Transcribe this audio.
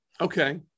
Okay